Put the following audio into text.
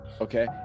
Okay